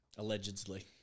Allegedly